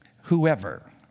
whoever